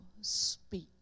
speak